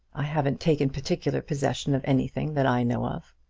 i haven't taken particular possession of anything that i know of.